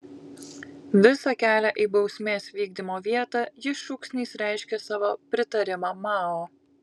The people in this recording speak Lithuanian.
visą kelią į bausmės vykdymo vietą ji šūksniais reiškė savo pritarimą mao